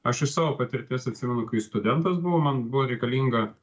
aš iš savo patirties atsimenu kai studentas buvau man buvo reikalinga